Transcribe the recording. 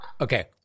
Okay